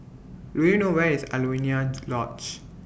Do YOU know Where IS Alaunia Lodge